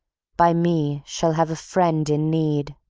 by me shall have a friend in need.